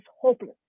hopeless